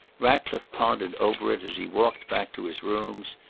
ratcliffe pondered over it as he walked back to his rooms.